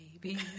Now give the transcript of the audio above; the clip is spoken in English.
baby